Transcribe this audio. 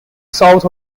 south